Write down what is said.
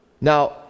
Now